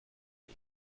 and